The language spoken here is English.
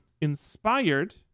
inspired